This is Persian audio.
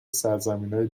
سرزمینای